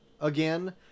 again